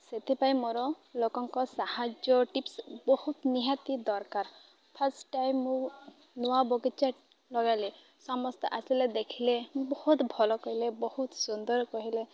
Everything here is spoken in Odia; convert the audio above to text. ସେଥିପାଇଁ ମୋର ଲୋକଙ୍କ ସାହାଯ୍ୟ ଟିପ୍ସ ବହୁତ ନିହାତି ଦରକାର ଫାର୍ଷ୍ଟ ଟାଇମ୍ ମୁଁ ନୂଆ ବଗିଚା ଲଗାଇଲେ ସମସ୍ତେ ଆସିଲେ ଦେଖିଲେ ବହୁତ ଭଲ କହିଲେ ବହୁତ ସୁନ୍ଦର କହିଲେ